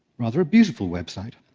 rather a beautiful website,